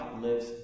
lives